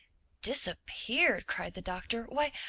disappeared! cried the doctor. why,